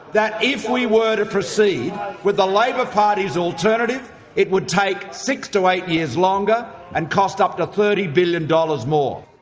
that if we were to proceed with the labor party's alternative it would take six to eight years longer and cost up to thirty billion dollars more.